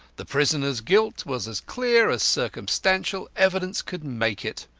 the prisoner's guilt was as clear as circumstantial evidence could make it.